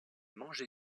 mangé